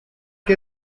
que